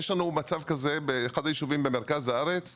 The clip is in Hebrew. יש לנו מצב כזה באחד היישובים במרכז הארץ,